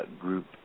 group